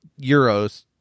Euros